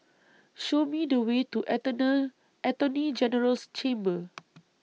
Show Me The Way to Attorney General's Chambers